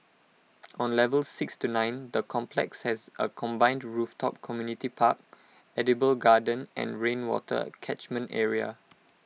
on levels six to nine the complex has A combined rooftop community park edible garden and rainwater catchment area